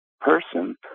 person